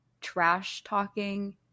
trash-talking